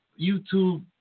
YouTube